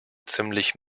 ziemlich